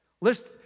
List